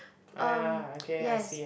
um yes